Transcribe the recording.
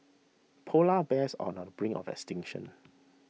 Polar Bears are on brink of extinction